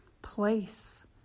place